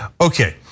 Okay